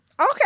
Okay